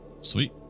sweet